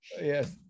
Yes